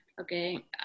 Okay